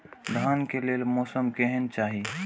धान के लेल मौसम केहन चाहि?